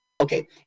Okay